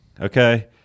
okay